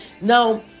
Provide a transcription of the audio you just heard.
now